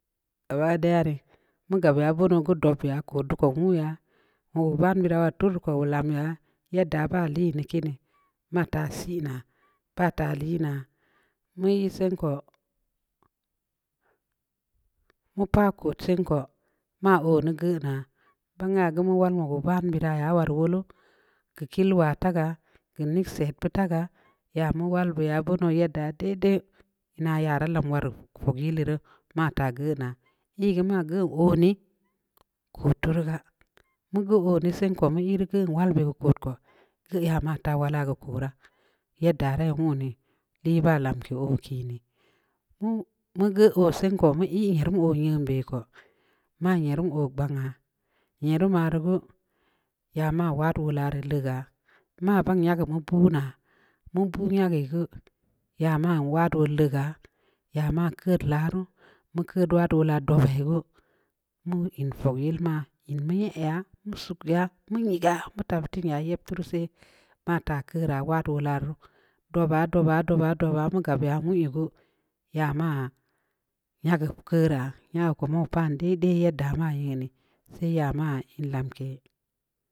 Gaba daya rii, mu gabya beuno geu dobyaa, kod di ko wuya, wogu van buraa ruu woa rii ko lamya, yedda baa liin di kini, ma taa siinaa. baa aa liinaa, mu yi sen ko, mu pah kod sen ko, maa oo neh geunaa, bangya geu mu wal wogu van beuraa ya tu ruu waraa wolu, keu kill waa taga, geu nyidset beu taa gaa, ya mu wal bu ya, bang ya yadda dai-dai, ina ya da lam wara fog yilu rii, mataa geunaa, ii gu maa geuhn oo ni, kod tu ruu gaa, mu geuh oo ne sen ko, mu geun wal beh keu kod ko, ya ma ta wala keu koraa. yadda dai wun dii lii baa lamke oo iin dii, mu geu oo sen ko, meu ii yerum oo bei nyeun koo, maa nyerum oo gbanha, nyeuereuma rii geu ya maa wad wola rii euga, maa bang nyageu mu bunaa. mu buu nyageui geu, ya maa wad wol leuga, ya maa keud laruu, mu keud wad wolaa dobu geu, mu in fogyil maa. mi in ya, mu sug ya, mu tabba tin, yeb tuu ruu seh, ma taa keuraa, wola ruu, doba-doba-doba. gabya wui ya geu, ya maa yageu keurraa, yageu ko mau paan daidai yadda mau pan daidai yadda mau nyeun sai ya mau in lamke